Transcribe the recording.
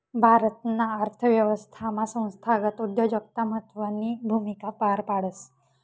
भारताना अर्थव्यवस्थामा संस्थागत उद्योजकता महत्वनी भूमिका पार पाडस